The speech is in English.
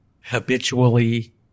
habitually